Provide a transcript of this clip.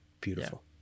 beautiful